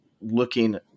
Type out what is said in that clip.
looking